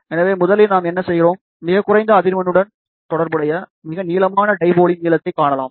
எனவே முதலில் நாம் என்ன செய்கிறோம் மிகக் குறைந்த அதிர்வெண்ணுடன் தொடர்புடைய மிக நீளமான டைபோல் யின் நீளத்தைக் காணலாம்